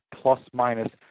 plus-minus